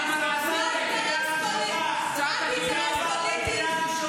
מה עשיתם כשהייתם?